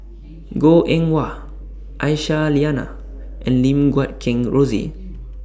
Goh Eng Wah Aisyah Lyana and Lim Guat Kheng Rosie